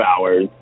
hours